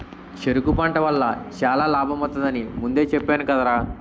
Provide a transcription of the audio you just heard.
చెరకు పంట వల్ల చాలా లాభమొత్తది అని ముందే చెప్పేను కదరా?